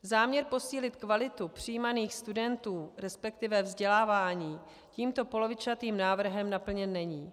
Záměr posílit kvalitu přijímaných studentů, resp. vzděláváním tímto polovičatým návrhem naplněn není.